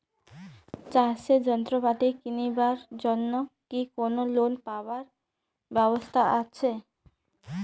চাষের যন্ত্রপাতি কিনিবার জন্য কি কোনো লোন পাবার ব্যবস্থা আসে?